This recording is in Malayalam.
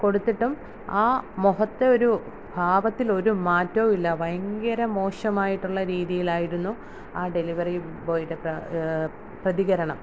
കൊടുത്തിട്ടും ആ മുഖത്തൊരു ഭാവത്തിൽ ഒരു മാറ്റവുമില്ല ഭയങ്കര മോശമായിട്ടുള്ള രീതിലായിരുന്നു ആ ഡെലിവറി ബോയ്ടെ പ്ര പ്രതികരണം